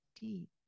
deep